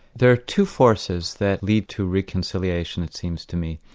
there are two forces that lead to reconciliation, it seems to me.